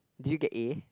did you get A